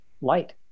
light